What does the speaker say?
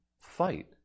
fight